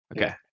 Okay